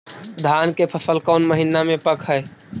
धान के फसल कौन महिना मे पक हैं?